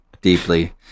deeply